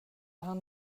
han